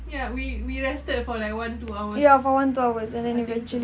ya we we rested for like one two hours I think so